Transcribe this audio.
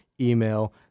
email